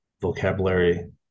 vocabulary